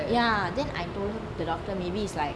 ya then I told the doctor maybe is like